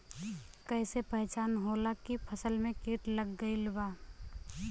कैसे पहचान होला की फसल में कीट लग गईल बा?